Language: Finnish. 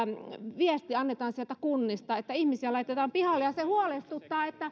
viesti annetaan sieltä kunnista ihmisiä laitetaan pihalle ja se huolestuttaa